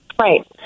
Right